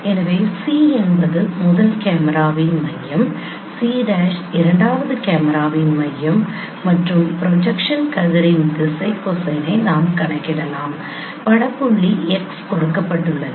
எனவே C என்பது முதல் கேமராவின் மையம் C' இரண்டாவது கேமராவின் மையம் மற்றும் ப்ரொஜெக்ஷன் கதிரின் திசை கொசைனை நாம் கணக்கிடலாம் பட புள்ளி x கொடுக்கப்பட்டுள்ளது